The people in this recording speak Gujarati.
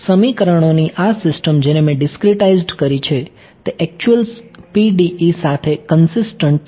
સમીકરણોની આ સિસ્ટમ જેને મેં ડીસ્ક્રીટાઇઝ્ડ કરી છે તે એક્ચ્યુયલ PDEs સાથે કંસીસ્ટંટ છે